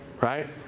Right